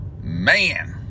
man